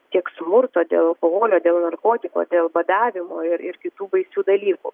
tiek smurto dėl alkoholio dėl narkotiko dėl badavimo ir ir kitų baisių dalykų